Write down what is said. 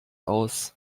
aus